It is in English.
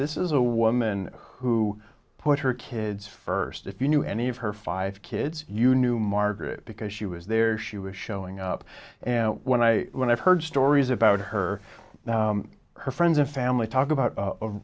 this is a woman who put her kids first if you knew any of her five kids you knew margaret because she was there she was showing up and when i when i've heard stories about her her friends and family talk about